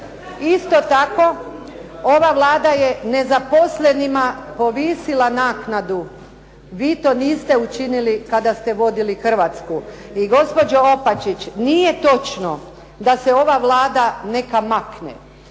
Isto tako, ova Vlada je nezaposlenima povisila naknadu. Vi to niste učinili kada ste vodili Hrvatsku. I gospođo Opačić, nije točno da se ova Vlada neka makne.